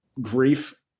grief